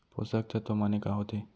पोसक तत्व माने का होथे?